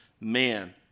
man